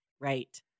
Right